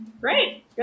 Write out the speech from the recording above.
Great